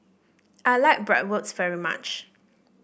I like Bratwurst very much